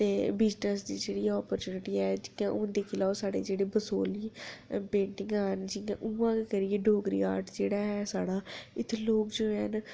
business दी जेह्ड़ी ऐ ओह् आपर्चुनिटी ऐ जि'यां हून दिक्खी लैओ साढ़े जेह्ड़े बसोहली पेंटिगां न जि'यां उ'आं गै करियै डोगरी आर्ट जेह्ड़ा ऐ साढ़ा इत्थै लोक जेह्ड़े हैन